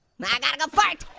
i gotta go fart.